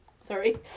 Sorry